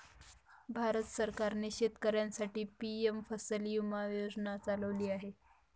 भारत सरकारने शेतकऱ्यांसाठी पी.एम फसल विमा योजना चालवली आहे